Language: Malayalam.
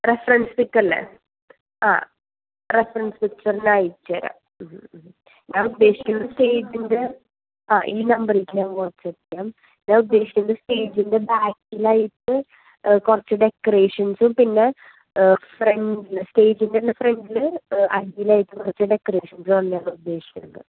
റഫറൻസ് പിക് അല്ലെ ആ റഫറൻസ് പിക്ചർ ഞാൻ അയച്ചു തരാം ഞാൻ ഉദ്ദേശിക്കുന്നത് സ്റ്റേജിൻ്റെ ആ ഈ നമ്പറിൽ തന്നെ വാട്സ്ആപ്പ് ചെയ്യാം ഞാൻ ഉദ്ദേശിക്കുന്നത് സ്റ്റേജിൻ്റെ ബാക്കിലായിട്ട് കുറച്ച് ഡെക്കറേഷൻ പിന്നെ ഫ്രണ്ട് സ്റ്റേജിൽ തന്നെ ഫ്രണ്ടിൽ അഞ്ച് ലൈറ്റ് വച്ച് ഡെക്കറേഷൻസാണ് ഞാൻ ഉദ്ദേശിക്കുന്നത്